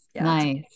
Nice